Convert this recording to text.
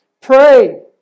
pray